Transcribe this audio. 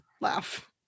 laugh